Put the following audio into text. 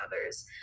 others